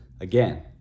Again